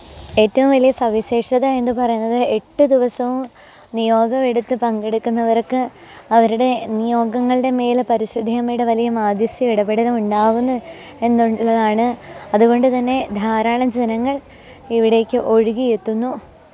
ഏറ്റവും വലിയ സവിശേഷത എന്ന് പറയുന്നത് എട്ട് ദിവസവും നിയോഗം എടുത്ത് പങ്കെടുക്കുന്നവര്ക്ക് അവരുടെ നിയോഗങ്ങളുടെ മേൽ പരിശുദ്ധയമ്മയുടെ വലയമാദിസ്യ ഇടപെടലും ഉണ്ടാവും എന്ന് എന്നുള്ളതാണ് അതുകൊണ്ട് തന്നെ ധാരാളം ജനങ്ങള് ഇവിടേയ്ക്ക് ഒഴുകിയെത്തുന്നു